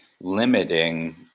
limiting